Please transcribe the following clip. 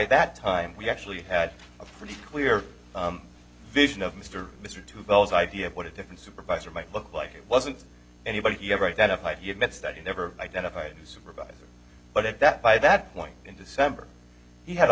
that time we actually had a pretty clear vision of mr mr two valves idea of what a different supervisor might look like it wasn't anybody ever identified he admits that he never identified the supervisor but at that by that point in december he had a